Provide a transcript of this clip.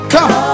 Come